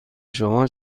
شما